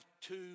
two